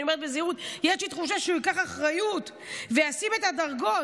אני אומרת בזהירות: יש לי תחושה שהוא ייקח אחריות וישים את הדרגות,